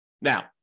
Now